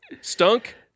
stunk